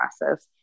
process